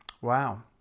Wow